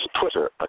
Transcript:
Twitter